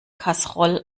kaserolle